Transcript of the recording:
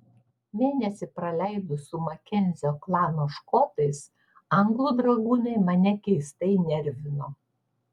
mėnesį praleidus su makenzio klano škotais anglų dragūnai mane keistai nervino